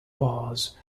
bars